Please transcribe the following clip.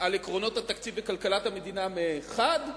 על עקרונות התקציב וכלכלת המדינה מחד גיסא,